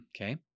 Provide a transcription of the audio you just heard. Okay